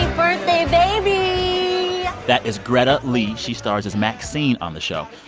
birthday baby that is greta lee. she stars as maxine on the show.